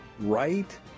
right